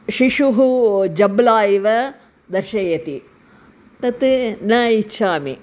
शिशुः जब्ला इव दर्शयति तत् न इच्छामि